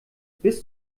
bis